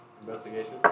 Investigation